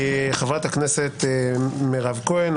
חברת הכנסת מירב כהן,